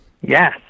Yes